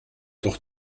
doch